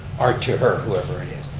or to her, whoever it is.